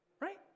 right